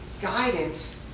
guidance